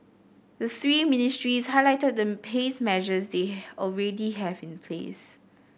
the three ministries highlighted the haze measures they already have in place